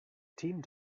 teamed